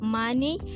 money